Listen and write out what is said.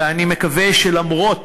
ואני מקווה שלמרות